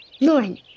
Lauren